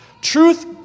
Truth